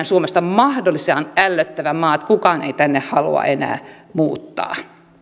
suomesta mahdollisimman ällöttävän maan että kukaan ei tänne halua enää muuttaa